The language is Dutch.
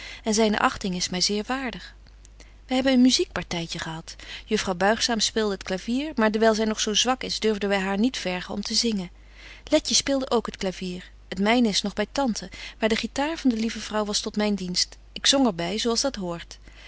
en zyne achting is my zeer waardig wy hebben een muziek partytje gehad juffrouw buigzaam speelde t clavier maar dewyl zy nog zo zwak is durfden wy haar niet vergen om te zingen letje speelde ook het clavier het myne is nog by tante maar de guitar van de lieve vrouw was tot myn dienst ik zong er by zo als dat hoort